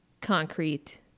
concrete